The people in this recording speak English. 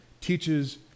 teaches